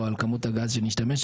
או על כמות הגז שנשתמש,